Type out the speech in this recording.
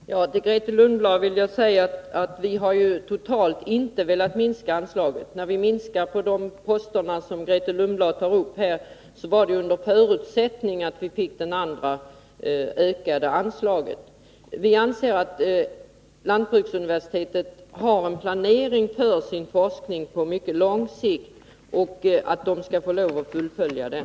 Herr talman! Till Grethe Lundblad vill jag säga att vi inte har velat minska anslagen totalt. När vi gör minskningar på de poster som Grethe Lundblad tar upp är det under förutsättning att de andra anslagen ökas. Vi anser att lantbruksuniversitetet har en planering på mycket lång sikt för sin forskning, och att man skall få lov att fullfölja den.